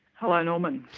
hello norman.